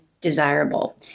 desirable